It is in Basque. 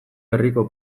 herriko